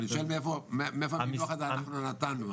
אני שואל מאיפה הביטוי הזה "אנחנו נתנו".